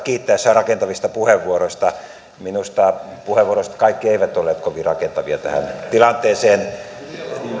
kiittäessään rakentavista puheenvuoroista minusta puheenvuoroista kaikki eivät olleet kovin rakentavia tähän tilanteeseen